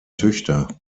töchter